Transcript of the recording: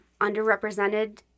underrepresented